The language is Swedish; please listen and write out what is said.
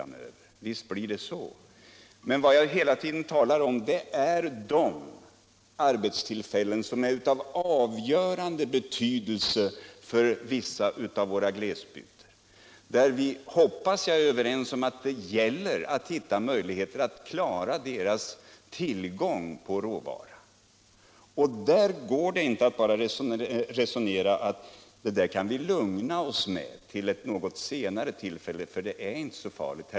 Men vad jag här hela tiden talar om är de arbetstillfällen som är av avgörande betydelse för vissa av våra glesbygder. Jag hoppas att vi är överens om att det gäller att hitta möjligheter att klara tillgången på råvara för dem. Här går det inte att bara säga att vi skall lugna oss, eftersom det inte är så farligt.